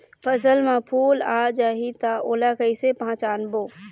फसल म फूल आ जाही त ओला कइसे पहचानबो?